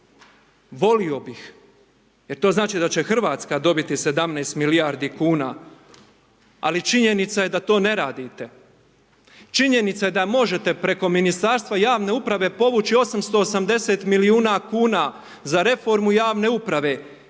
volio bih, jer to znači da će Hrvatska dobiti 17 milijardi kn, ali činjenica je da to ne radite. Činjenica je da možete preko ministarstva javne uprav povući 880 milijuna kn za reformu javne uprave,